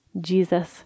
Jesus